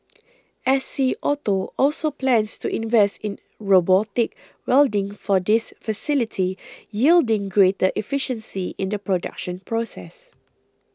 S C Auto also plans to invest in robotic welding for this facility yielding greater efficiency in the production process